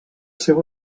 seu